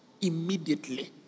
immediately